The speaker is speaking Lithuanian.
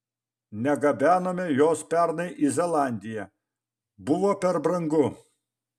negabenome jos pernai į zelandiją buvo per brangu